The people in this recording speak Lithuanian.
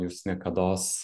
jūs niekados